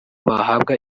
bahabwa